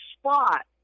spot